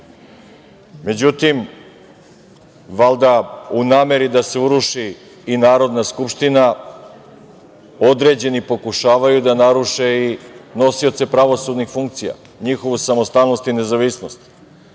Međutim, valjda u nameri da se uruši i Narodna skupština, određeni pokušavaju da naruše i nosioce pravosudnih funkcija, njihovu samostalnost i nezavisnost. Pre